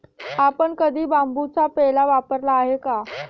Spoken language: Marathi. आपण कधी बांबूचा पेला वापरला आहे का?